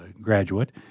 graduate